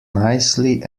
nicely